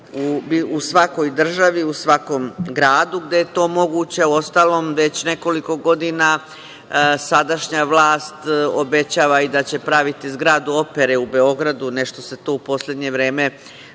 u svakoj državi, u svakom gradu gde je to moguće. Uostalom, već nekoliko godina sadašnja vlast obećava i da će praviti zgradu opere u Beogradu. Nešto se to u poslednje vreme